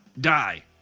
die